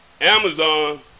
Amazon